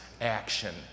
action